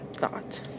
thought